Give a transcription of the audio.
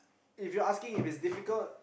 if you're asking if it's difficult